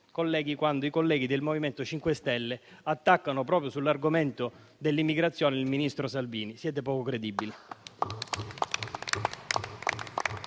quando i colleghi del MoVimento 5 Stelle attaccano proprio sull'argomento dell'immigrazione il ministro Salvini. Siete poco credibili.